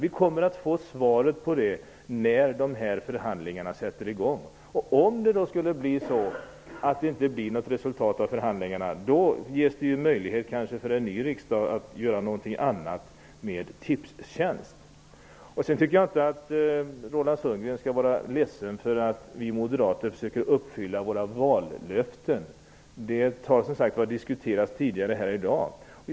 Vi kommer att få svaret på det när de här förhandlingarna sätter i gång. Om det då inte skulle bli något resultat av förhandlingarna ges det kanske möjlighet för en ny riksdag att göra någonting annat med Tipstjänst. Roland Sundgren skall inte vara ledsen för att vi moderater försöker uppfylla våra vallöften. Det har ju diskuterats här tidigare i dag.